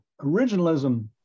originalism